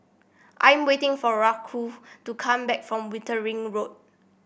I'm waiting for Raquel to come back from Wittering Road